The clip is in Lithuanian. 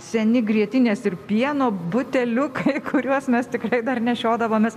seni grietinės ir pieno buteliukai kuriuos mes tikrai dar nešiodavomės